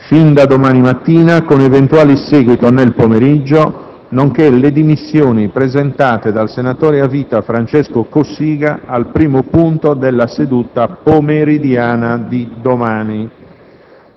fin da domani mattina, con eventuale seguito nel pomeriggio, nonché le dimissioni presentate dal senatore a vita Francesco Cossiga, al primo punto della seduta pomeridiana di domani.